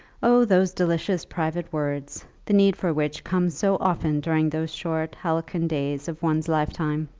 oh, those delicious private words, the need for which comes so often during those short halcyon days of one's lifetime!